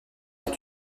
est